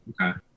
Okay